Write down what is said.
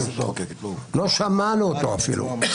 לא שמענו אותו אפילו.